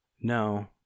no